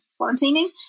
quarantining